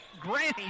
Granny